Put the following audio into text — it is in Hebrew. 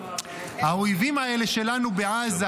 האויבים שלנו האלה בעזה,